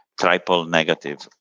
triple-negative